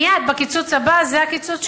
מייד בקיצוץ הבא זה הקיצוץ שיסמנו,